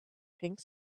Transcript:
pink